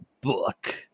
book